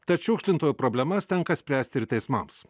tad šiukšlintojų problemas tenka spręsti ir teismams